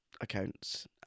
accounts